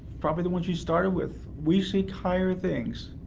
probably the one she started with, we seek higher things.